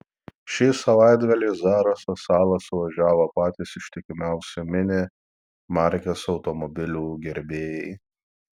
šį savaitgalį į zaraso salą suvažiavo patys ištikimiausi mini markės automobilių gerbėjai